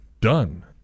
done